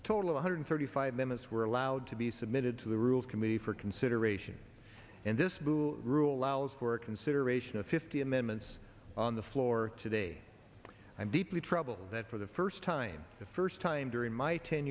a total of one hundred thirty five members were allowed to be submitted to the rules committee for consideration and this blue rule allows for a consideration of fifty amendments on the floor today i'm deeply troubled that for the first time the first time during my ten